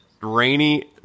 rainy